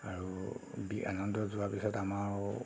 আৰু আনন্দ যোৱাৰ পিছত আমাৰ আৰু